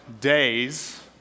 days